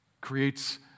creates